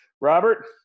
Robert